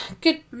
good